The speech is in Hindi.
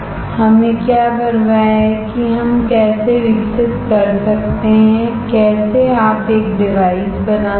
हमें क्या परवाह है कि हम कैसे विकसित कर सकते हैं कैसे आप एक डिवाइस बना सकते हैं